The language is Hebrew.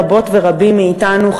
רבות ורבים מאתנו,